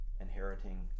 inheriting